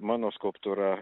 mano skulptūra